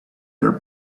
their